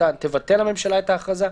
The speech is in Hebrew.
תבטל הממשלה את ההכרזה.